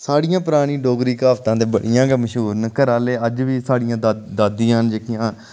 साढ़ियां परानी डोगरी क्हावतां ते इ'यां गै मश्हूर न घरैआह्ले अज्ज बी साढ़ियां दा दादियां न जेह्कियां